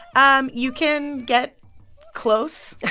um you can get close,